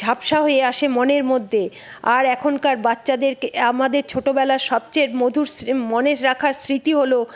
ঝাপসা হয়ে আসে মনের মধ্যে আর এখনকার বাচ্চাদেরকে আমাদের ছোটবেলার সবচেয়ে মধুর মনে রাখার স্মৃতি হল